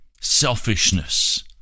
selfishness